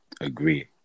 agree